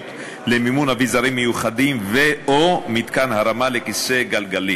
למימון אביזרים מיוחדים ו/או מתקן הרמה לכיסא גלגלים.